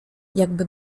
jakby